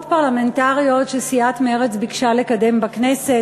פרלמנטריות שסיעת מרצ ביקשה לקדם בכנסת,